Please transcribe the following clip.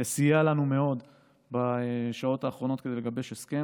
סייע לנו מאוד בשעות האחרונות כדי לגבש הסכם.